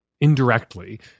indirectly